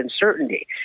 uncertainty